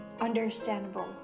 understandable